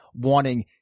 wanting